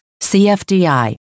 CFDI